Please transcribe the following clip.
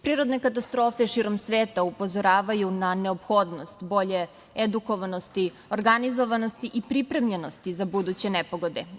Prirodne katastrofe širom sveta upozoravaju na neophodnost bolje edukovanosti, organizovanosti i pripremljenosti za buduće nepogode.